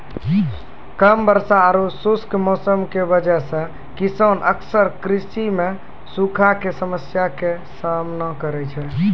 कम वर्षा आरो खुश्क मौसम के वजह स किसान अक्सर कृषि मॅ सूखा के समस्या के सामना करै छै